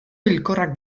hilkorrak